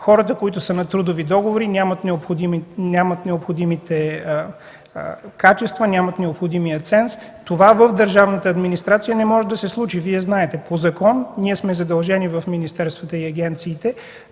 хората, които са на трудови договори, нямат необходимите качества, нямат необходимия ценз. Това в държавната администрация не може да се случи. Вие знаете, по закон сме задължени в министерствата и агенциите